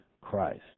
Christ